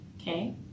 Okay